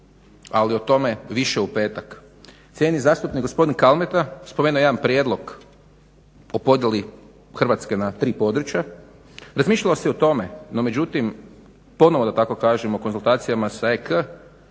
ali o tome više u petak. Cijenjeni zastupnik gospodin Kalmeta spomenuo je jedan prijedlog o podjeli Hrvatske na tri područja. Razmišljalo se i o tome no međutim ponovno da tako kažemo u konzultacijama s EK